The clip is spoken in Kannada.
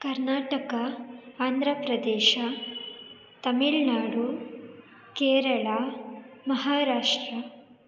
ಕರ್ನಾಟಕ ಆಂಧ್ರ ಪ್ರದೇಶ ತಮಿಳ್ ನಾಡು ಕೇರಳ ಮಹಾರಾಷ್ಟ್ರ